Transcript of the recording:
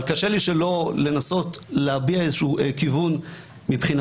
אבל קשה לי שלא לנסות להביע איזשהו כיוון מבחינתנו.